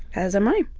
as am i.